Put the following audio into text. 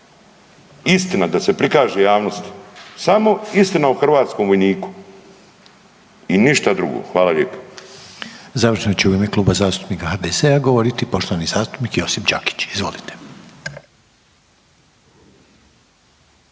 Istina da se prikaže javnosti, samo istina o hrvatskom vojniku i ništa drugo. Hvala lijepo. **Reiner, Željko (HDZ)** Završno će u ime Kluba zastupnika HDZ-a govoriti poštovani zastupnik Josip Đakić. Izvolite.